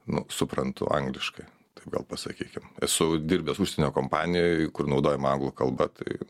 nu suprantu angliškai taip gal pasakykim esu dirbęs užsienio kompanijoj kur naudojama anglų kalba tai